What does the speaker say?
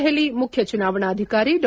ದೆಹಲಿ ಮುಖ್ಯ ಚುನಾವಣಾಧಾಕಾರಿ ಡಾ